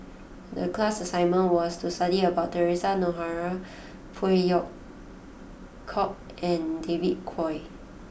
the class assignment was to study about Theresa Noronha Phey Yew Kok and David Kwo